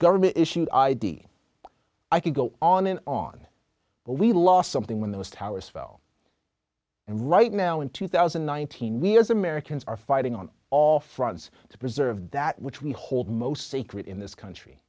government issued id i could go on and on but we lost something when those towers fell and right now in two thousand and nineteen we as americans are fighting on all d fronts to preserve that which we hold most sacred in this country